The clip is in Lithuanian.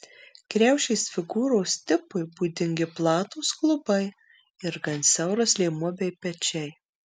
kriaušės figūros tipui būdingi platūs klubai ir gan siauras liemuo bei pečiai